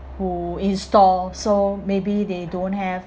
who install so maybe they don't have